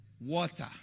Water